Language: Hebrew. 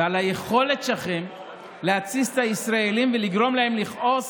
ועל היכולת שלכם להתסיס את הישראלים ולגרום להם לכעוס